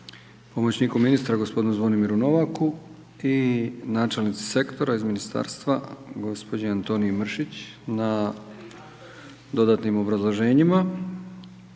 pomoćniku ministra gospodinu Zvonimiru Novaka i načelnici sektora iz ministarstva gospođi Antoniji Mršić na dodatnim obrazloženjima.